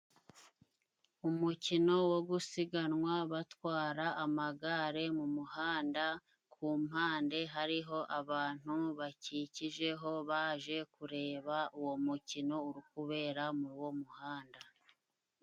Umukino wo gusiganwa batwara amagare mu muhanda, kumpande hariho abantu bakikijeho baje kureba uwo mukino uri kubera muri uwo muhanda.